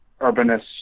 urbanists